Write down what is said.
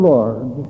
Lord